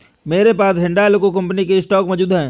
मेरे पास हिंडालको कंपनी के स्टॉक मौजूद है